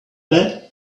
that